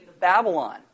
Babylon